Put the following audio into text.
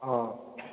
ꯑꯥ